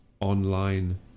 online